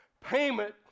payment